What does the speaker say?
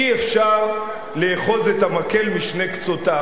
אי-אפשר לאחוז את המקל בשני קצותיו.